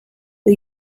the